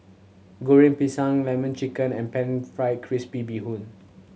Goreng Pisang Lemon Chicken and Pan Fried Crispy Bee Hoon